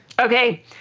Okay